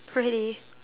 pretty